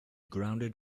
grounded